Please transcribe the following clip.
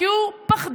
כי הוא פחדן.